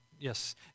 yes